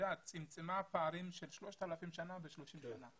צמצמה פערים של 3,000 שנה ב-30 שנה,